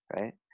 Right